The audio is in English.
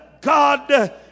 God